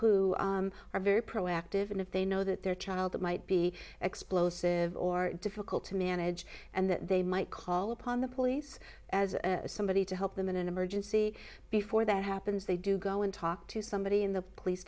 who are very proactive and if they know that their child might be explosive or difficult to manage and that they might call upon the police as somebody to help them in an emergency before that happens they do go and talk to somebody in the police